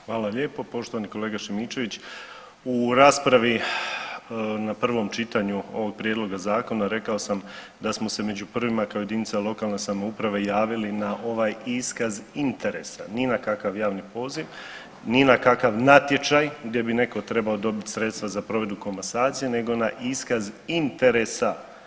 Hvala lijepo poštovani kolega Šimičević, u raspravi na pravom čitanju ovog prijedloga zakona rekao sam da smo se među prvima kao jedinica lokalne samouprave javili na ovaj iskaz interesa, ni na kakav javni poziv, ni na kakav natječaj gdje bi netko trebao dobiti sredstava za provedbu komasacije nego na iskaz interesa.